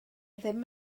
ddim